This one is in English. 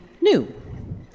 new